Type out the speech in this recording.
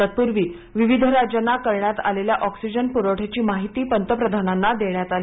तत्पूर्वी विविध राज्यांना करण्यात आलेल्या ऑक्सिजन पुरवठ्याची माहिती पंतप्रधानांना देण्यात आली